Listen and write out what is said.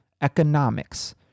economics